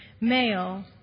male